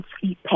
sleep